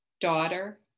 daughter